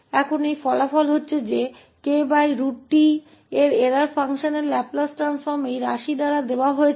अब यह परिणाम होने पर कि kt के त्रुटि फ़ंक्शन का लैपलेस रूपांतरण इस अभिव्यक्ति द्वारा दिया गया है